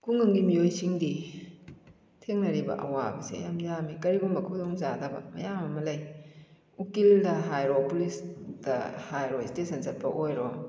ꯈꯨꯡꯒꯪꯒꯤ ꯃꯤꯑꯣꯏꯁꯤꯡꯗꯤ ꯊꯦꯡꯅꯔꯤꯕ ꯑꯋꯥꯕꯁꯦ ꯌꯥꯝ ꯌꯥꯝꯃꯤ ꯀꯔꯤꯒꯨꯝꯕ ꯈꯨꯗꯣꯡꯆꯥꯗꯕ ꯃꯌꯥꯝ ꯑꯃ ꯂꯩ ꯎꯀꯤꯜꯗ ꯍꯥꯏꯔꯣ ꯄꯨꯂꯤꯁꯇ ꯍꯥꯏꯔꯣ ꯏꯁꯇꯦꯁꯟ ꯆꯠꯄ ꯑꯣꯏꯔꯣ